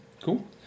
Cool